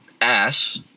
ass